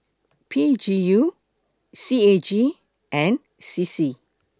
P G U C A G and C C